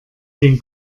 den